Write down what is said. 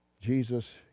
Jesus